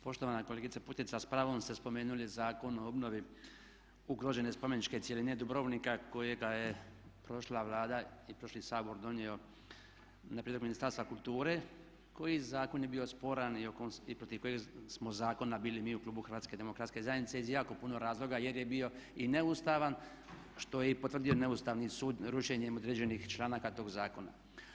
Poštovana kolegice Putica, s pravom ste spomenuli Zakon o obnovi ugrožene spomeničke cjeline Dubrovnika kojega je prošla Vlada i prošli Sabor donio na prijedlog Ministarstva kulture, koji zakon je bio sporan i protiv kojeg smo zakona bili mi u Klubu Hrvatske demokratske zajednice iz jako puno razloga jer je bio i neustavan što je i potvrdio neustavnim sud rušenjem određenih članaka tog zakona.